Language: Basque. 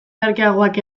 merkeagoak